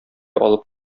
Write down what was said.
алып